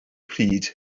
pryd